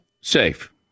safe